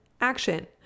action